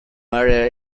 murder